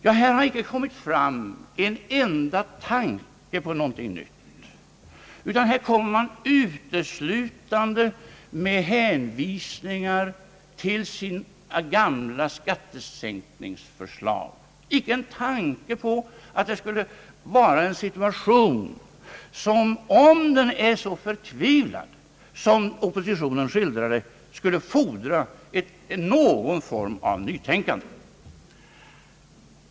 Ja, här har inte kommit fram en enda tanke på någonting nytt, utan här kommer man uteslutande med hänvisningar till sina gamla skattesänkningsförslag. Man kan inte föreställa sig att det gäller en situation, som, om den vore så förtvivlad som oppositionen skildrar den, skulle fordra någon form av nytänkande.